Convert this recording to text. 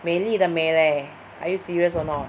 美丽的美 leh are you serious or not